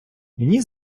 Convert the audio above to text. мені